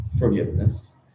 forgiveness